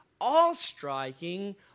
all-striking